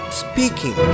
speaking